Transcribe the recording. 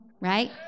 right